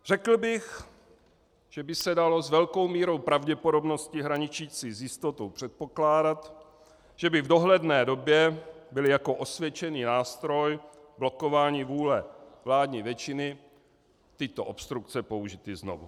Řekl bych, že by se dalo s velkou mírou pravděpodobnosti hraničící s jistotou předpokládat, že by v dohledné době byly jako osvědčený nástroj blokování vůle vládní většiny tyto obstrukce použity znovu.